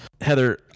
heather